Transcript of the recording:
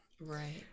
Right